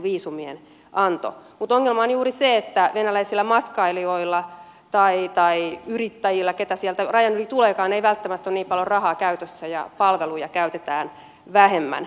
mutta ongelma on juuri se että venäläisillä matkailijoilla tai yrittäjillä keitä sieltä rajan yli tuleekaan ei välttämättä ole niin paljon rahaa käytössä ja palveluja käytetään vähemmän